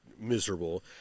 miserable